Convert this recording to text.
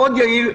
מאוד יעיל,